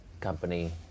company